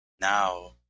now